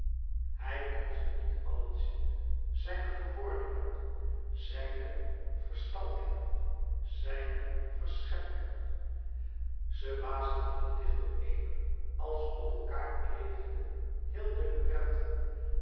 hij kon ze niet allen zien zijne verwordingen zijne verstaltingen zijne verscheppingen ze waasden heel dicht door een als op elkaâr klevende heel dunne prenten